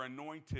anointed